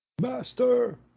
master